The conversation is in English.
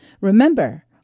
Remember